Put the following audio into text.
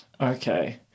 Okay